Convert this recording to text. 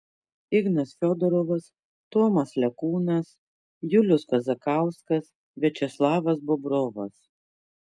ignas fiodorovas tomas lekūnas julius kazakauskas viačeslavas bobrovas